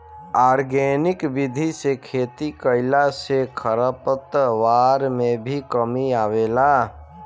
organic विधि से खेती कईला से खरपतवार में भी कमी आवेला